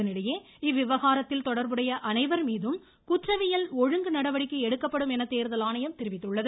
இதனிடையே இவ்விவகாரத்தில் தொடர்புடைய அனைவர் மீதும் குற்றவியல் ஒழுங்கு நடவடிக்கை எடுக்கப்படும் என தேர்தல் ஆணையம் தெரிவித்துள்ளது